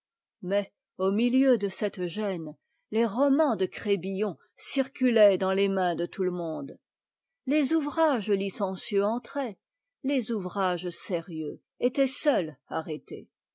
mais au milieu de cette gène les romans de crébillon circulaient dans les mains de tout le monde les ouvrages licencieux entraient les ouvrages se rieux étaient seuls arrêtés